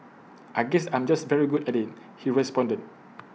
I guess I'm just very good at IT he responded